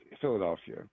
philadelphia